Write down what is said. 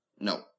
No